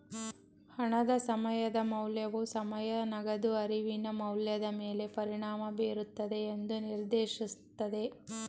ಹಣದ ಸಮಯದ ಮೌಲ್ಯವು ಸಮಯ ನಗದು ಅರಿವಿನ ಮೌಲ್ಯದ ಮೇಲೆ ಪರಿಣಾಮ ಬೀರುತ್ತದೆ ಎಂದು ನಿರ್ದೇಶಿಸುತ್ತದೆ